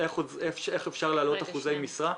אפשר להעלות אחוזי משרה.